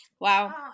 Wow